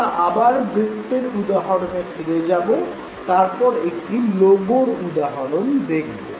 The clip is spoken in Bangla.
আমরা আবার বৃত্তের উদাহরণে ফিরে যাব তারপর একটি লোগোর উদাহরণ দেখব